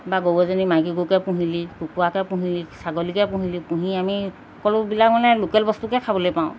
বা গৰু এজনী মাইকী গৰুকে পুহিলি কুকুৰাকে পুহিলি ছাগলীকে পুহিলি পুহি আমি সকলোবিলাক মানে লোকেল বস্তুকে খাবলৈ পাওঁ